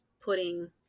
putting